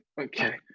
okay